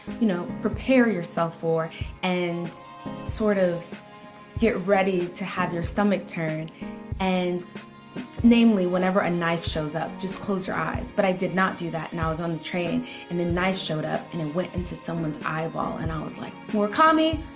you know, prepare yourself for and sort of get ready to have your stomach turn and namely whenever a knife shows up just close your eyes but i did not do that and i was on the train and the knife showed up and it went into someone's eyeball and i was like murakami,